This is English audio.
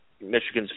Michigan's